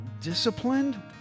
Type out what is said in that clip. disciplined